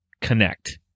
connect